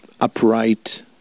upright